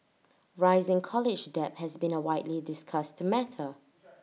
rising college debt has been A widely discussed matter